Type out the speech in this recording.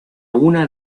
una